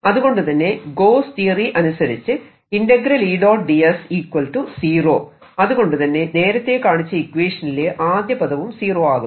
അതുകൊണ്ടുതന്നെ ഗോസ്സ് തിയറിGauss's theory അനുസരിച്ച് അതുകൊണ്ടുതന്നെ നേരത്തെ കാണിച്ച ഇക്വേഷനിലെ ആദ്യ പദവും സീറോ ആകുന്നു